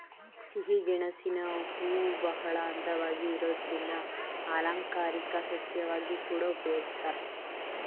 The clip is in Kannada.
ಸಿಹಿಗೆಣಸಿನ ಹೂವುಬಹಳ ಅಂದವಾಗಿ ಇರೋದ್ರಿಂದ ಅಲಂಕಾರಿಕ ಸಸ್ಯವಾಗಿ ಕೂಡಾ ಉಪಯೋಗಿಸ್ತಾರೆ